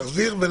להחזיר?